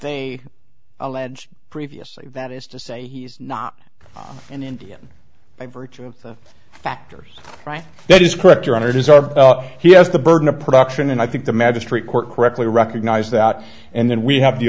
they allege previously that is to say he's not an indian by virtue of the factors right that is correct your honor it is our he has the burden of production and i think the magistrate court correctly recognized that and then we have